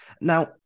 Now